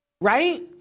right